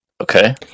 Okay